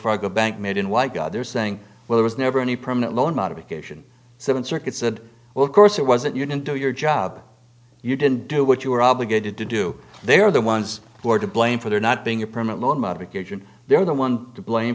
fargo bank made in white god they're saying well it was never any permanent loan modification seven circuits and well of course it wasn't you didn't do your job you didn't do what you were obligated to do they are the ones who are to blame for there not being a permanent loan modification they're the one to blame